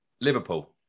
Liverpool